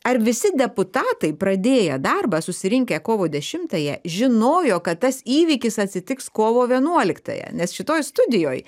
ar visi deputatai pradėję darbą susirinkę kovo dešimtąją žinojo kad tas įvykis atsitiks kovo vienuoliktąją nes šitoj studijoj